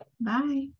Bye